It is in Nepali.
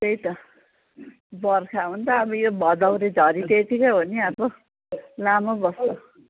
त्यही त बर्खा हो नि त अब यो भदौरे झरी त्यतिकै हो नि अब लामो बस्छ